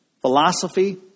philosophy